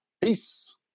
Peace